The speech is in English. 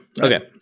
Okay